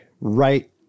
right